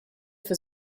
für